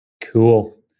Cool